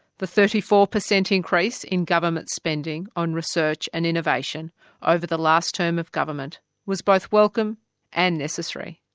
the thirty four percent increase in government spending on research and innovation over the last term of government was both welcome and necessary.